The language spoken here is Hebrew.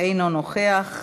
אינו נוכח,